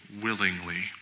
willingly